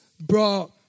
brought